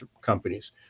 companies